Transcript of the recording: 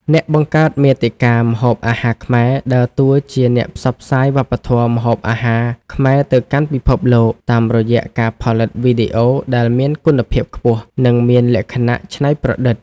អ្នកបង្កើតមាតិកាម្ហូបអាហារខ្មែរដើរតួជាអ្នកផ្សព្វផ្សាយវប្បធម៌ម្ហូបអាហារខ្មែរទៅកាន់ពិភពលោក តាមរយៈការផលិតវីដេអូដែលមានគុណភាពខ្ពស់ និងមានលក្ខណៈច្នៃប្រឌិត។